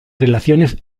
relaciones